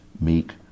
meek